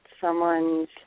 someone's